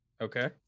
Okay